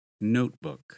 Notebook